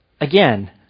again